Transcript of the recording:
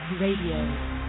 Radio